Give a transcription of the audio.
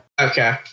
Okay